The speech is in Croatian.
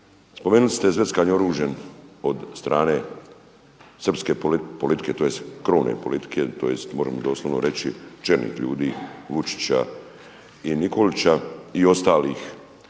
spomenuli ste zveckanje oružjem od strane srpske politike, tj. krovne politike, tj. moram doslovno reći čelnih ljudi Vučića i Nikolića i ostalih